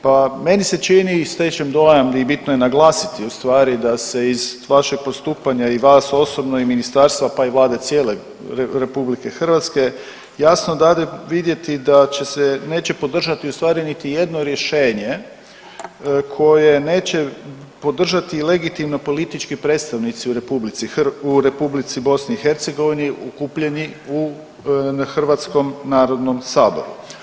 Pa meni se čini i stečem dojam i bitno je naglasiti ustvari da se iz vašeg postupanja i vas osobno i ministarstva pa vlade cijele RH jasno dade vidjeti da će se, neće podržati niti jedno rješenje koje neće podržati i legitimno politički predstavnici u RH, u Republici BiH okupljeni u Hrvatskom narodnom saboru.